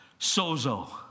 sozo